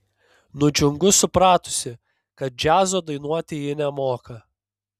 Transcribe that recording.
nudžiungu supratusi kad džiazo dainuoti ji nemoka